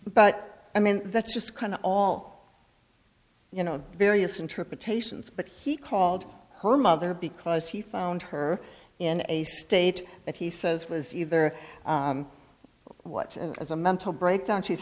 but i mean that's just kind of all you know various interpretations but he called home mother because he found her in a state that he says was either what was a mental breakdown she's